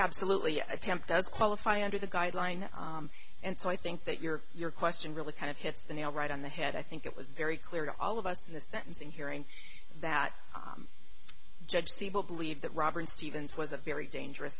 absolutely attempt does qualify under the guidelines and so i think that your your question really kind of hits the nail right on the head i think it was very clear to all of us in the sentencing hearing that judge people believe that robert stevens was a very dangerous